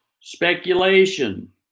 speculation